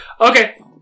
okay